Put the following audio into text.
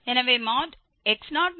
எனவே x0 αIk2